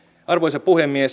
arvoisa puhemies